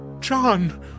John